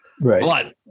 Right